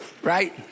right